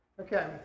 Okay